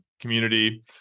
community